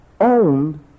owned